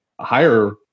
higher